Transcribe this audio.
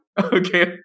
Okay